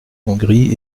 hongrie